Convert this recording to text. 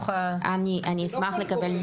זה לא כל גורם,